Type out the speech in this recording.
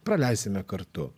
praleisime kartu